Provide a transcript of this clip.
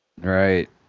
right